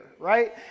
right